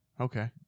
okay